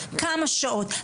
כמה שעות?